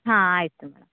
ಹಾಂ ಆಯಿತು ಮೇಡಮ್